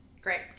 Great